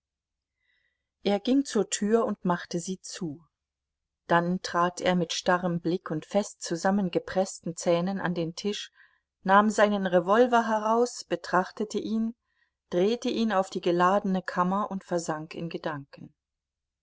er ging zur tür und machte sie zu dann trat er mit starrem blick und fest zusammengepreßten zähnen an den tisch nahm seinen revolver heraus betrachtete ihn drehte ihn auf die geladene kammer und versank in gedanken